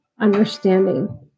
understanding